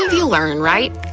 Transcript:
live you learn, right?